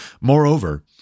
Moreover